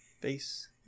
Face